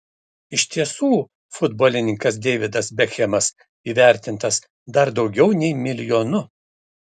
iš tiesų futbolininkas deividas bekhemas įvertintas dar daugiau nei milijonu